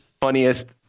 funniest